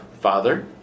Father